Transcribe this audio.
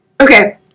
Okay